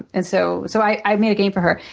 and so so i made a game for her.